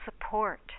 support